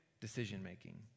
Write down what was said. decision-making